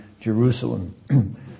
Jerusalem